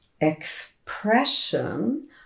expression